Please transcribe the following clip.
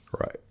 Right